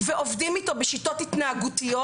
ועובדים אתו בשיטות התנהגותיות,